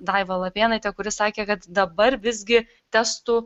daiva lapėnaite kuris sakė kad dabar visgi testų